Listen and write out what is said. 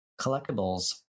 collectibles